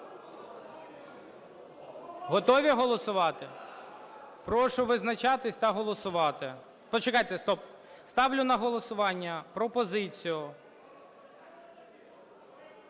Готові голосувати? Прошу визначатись та голосувати. Почекайте! Стоп! Ставлю на голосування пропозицію…